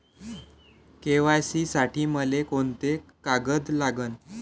KYC साठी मले कोंते कागद लागन?